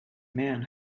man